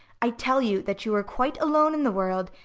i tell you that you are quite alone in the world,